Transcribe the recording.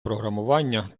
програмування